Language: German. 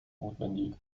notwendig